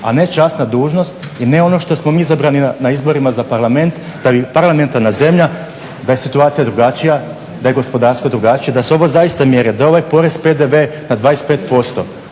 a ne časna dužnost i ne ono što smo mi izabrani na izborima za Parlament da bi parlamentarna zemlja da je situacija drugačija, da je gospodarstvo drugačije, da su ovo zaista mjere, da je ovaj porez, PDV na 25%